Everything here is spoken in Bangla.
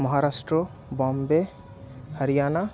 মহারাষ্ট্র বম্বে হরিয়ানা